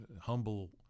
humble